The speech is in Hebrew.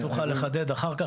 תוכל לחדד אחר כך?